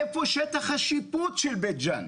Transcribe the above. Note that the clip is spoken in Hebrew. איפה שטח השיפוט של בית ג'אן?